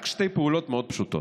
רק שתי פעולות מאוד פשוטות.